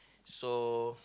so